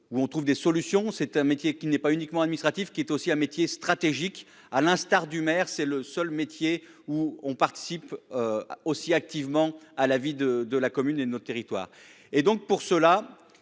où on trouve des solutions. C'est un métier qui n'est pas uniquement admnistrative qui est aussi un métier stratégique à l'instar du maire, c'est le seul métier où on participe. Aussi activement à la vie de de la commune et notre territoire et donc pour cela.